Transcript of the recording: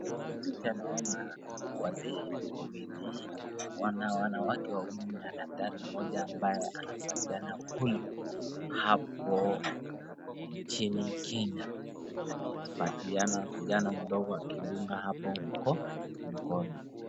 Hii picha naona wazee wawili, wanawake wawili na daktari mmoja ambaye anapatiana polio hapo nchini Kenya akitupatiana kijana mdogo akidunga hapo mkono.